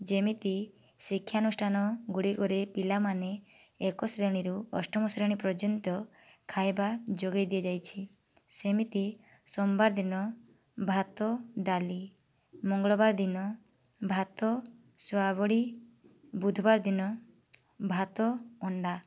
ଯେମିତି ଶିକ୍ଷାନୁଷ୍ଠାନ ଗୁଡ଼ିକରେ ପିଲାମାନେ ଏକ ଶ୍ରେଣୀରୁ ଅଷ୍ଟମ ଶ୍ରେଣୀ ପ୍ରର୍ଯ୍ୟନ୍ତ ଖାଇବା ଯୋଗେଇ ଦିଆଯାଇଛି ସେମିତି ସୋମବାର ଦିନ ଭାତ ଡାଲି ମଙ୍ଗଳବାର ଦିନ ଭାତ ସୋୟା ବଡ଼ି ବୁଧବାର ଦିନ ଭାତ ଅଣ୍ଡା